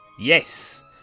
Yes